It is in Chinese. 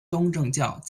东正教